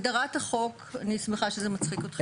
הגדרות החוק אני שמחה שזה מצחיק אתכם.